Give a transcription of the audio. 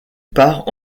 part